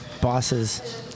bosses